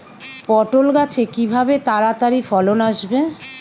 পটল গাছে কিভাবে তাড়াতাড়ি ফলন আসবে?